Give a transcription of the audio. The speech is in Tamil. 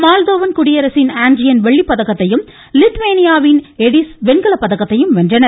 மால்தோவன் குடியரசின் ஆன்ட்ரியன் வெள்ளிப்பதக்கத்தையும் லித்வேனியாவின் எடிஸ் வெண்கலப்பதக்கத்தையும் வென்றனர்